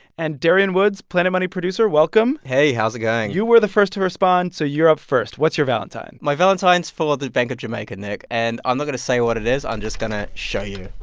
and, darian woods, planet money producer, welcome hey, how's it going? you were the first to respond, so you're up first. what's your valentine? my valentine's for the bank of jamaica, nick. and i'm not going to say what it is. i'm just going to show you